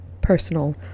personal